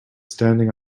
standing